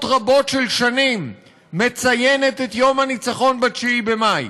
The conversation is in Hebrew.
רבות של שנים מציינת את יום הניצחון ב-9 במאי.